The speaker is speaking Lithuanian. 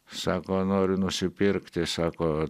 sako noriu nusipirkti sako